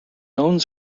owns